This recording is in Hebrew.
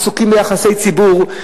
הם עסוקים ביחסי ציבור.